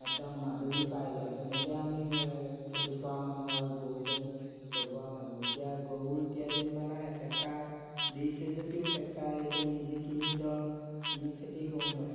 একদম মাদলি পাই যায় তেনেকৈ আমি খেতি কৰা মানুহ আৰু গৰু গাড়ী চলোৱা মানুহ এতিয়া গৰু এতিয়া যেনিবা নাই ট্ৰেক্টাৰ দিছে যদিও টেক্টাৰ এইটো নিজে কিনি ধৰ আমি খেতি কৰোঁ ধৰ